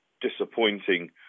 disappointing